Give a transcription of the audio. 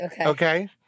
Okay